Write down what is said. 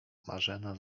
marzena